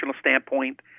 standpoint